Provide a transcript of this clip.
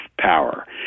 power